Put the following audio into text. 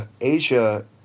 Asia